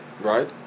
Right